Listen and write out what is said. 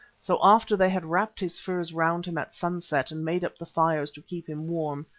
so after they had wrapped his furs round him at sunset and made up the fires to keep him warm,